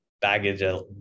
baggage